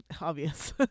obvious